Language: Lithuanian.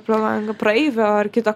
pro langą praeivio ar kito